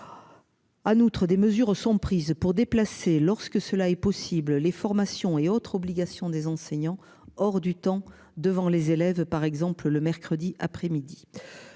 Outre des mesures sont prises pour déplacer lorsque cela est possible les formations et autres obligations des enseignants hors du temps devant les élèves, par exemple le mercredi après-midi.